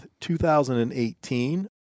2018